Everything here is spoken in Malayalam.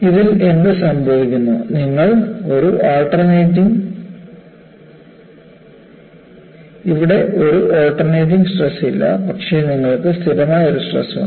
ഇതിൽ എന്ത് സംഭവിക്കുന്നു ഇവിടെ ഒരു ആൾട്ടർനേറ്റിംഗ് സ്ട്രെസ് ഇല്ല പക്ഷേ നിങ്ങൾക്ക് സ്ഥിരമായ ഒരു സ്ട്രെസ് ഉണ്ട്